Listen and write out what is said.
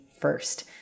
first